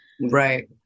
Right